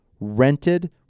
rented